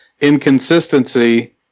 inconsistency